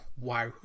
wow